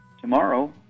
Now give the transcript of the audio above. tomorrow